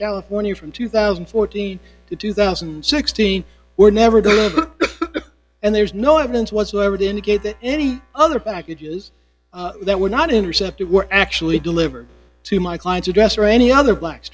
california from two thousand and fourteen to two thousand and sixteen were never good and there is no evidence whatsoever to negate that any other packages that were not intercepted were actually delivered to my clients address or any other black